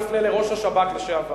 אני אפנה לראש השב"כ לשעבר,